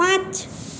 পাঁচ